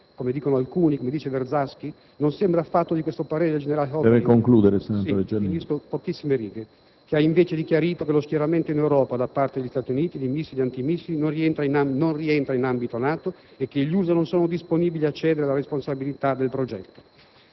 come dicono alcuni, tra cui lo stesso Verzaschi? Non sembra affatto di questo parere il generale Obering, che ha invece chiarito che lo schieramento in Europa, da parte degli Stati uniti, di missili anti-missili non rientra in ambito NATO e che «gli USA non sono disponibili a cedere la responsabilità del progetto».